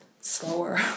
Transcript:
slower